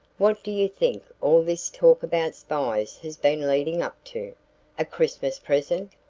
what do you think all this talk about spies has been leading up to a christmas present?